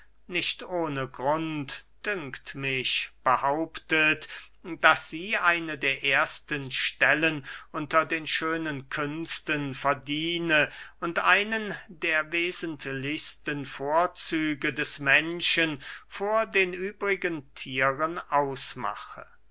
nicht ohne grund dünkt mich behauptet daß sie eine der ersten stellen unter den schönen künsten verdiene und einen der wesentlichsten vorzüge des menschen vor den übrigen thieren ausmache